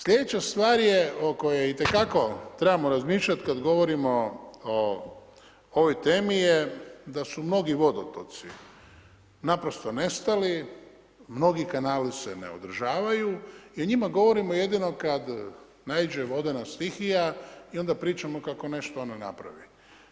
Sljedeća stvar je o kojoj itekako trebamo razmišljati, kada govorimo o ovoj temi, da su mnogi vodotoci naprosto nestali, mnogi kanali se ne održavaju i o njima govorimo jedino kada naiđe vodena stihija i onda pričamo, kako nešto ono napravi.